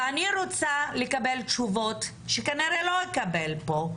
ואני רוצה לקבל תשובות, שכנראה לא אקבל פה,